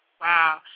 wow